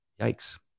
Yikes